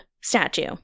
statue